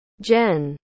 Jen